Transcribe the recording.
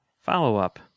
Follow-up